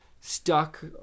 stuck